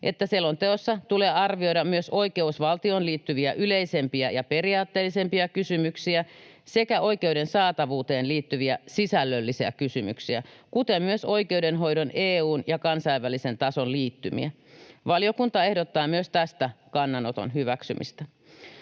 että selonteossa tulee arvioida myös oikeusvaltioon liittyviä yleisempiä ja periaatteellisempia kysymyksiä sekä oikeuden saatavuuteen liittyviä sisällöllisiä kysymyksiä kuten myös oikeudenhoidon EU:n ja kansainvälisen tason liittymiä. Valiokunta ehdottaa myös tästä kannanoton hyväksymistä.